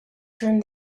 turn